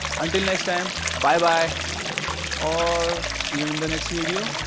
until next time bye bye or see you in the next video.